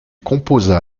composa